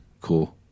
cool